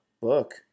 book